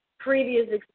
Previous